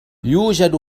يوجد